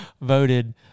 voted